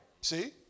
See